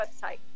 website